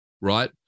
right